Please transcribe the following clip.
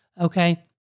Okay